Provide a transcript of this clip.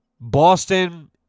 Boston